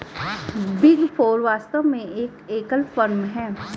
big four वास्तव में एक एकल फर्म है